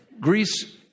Greece